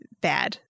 bad